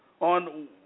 on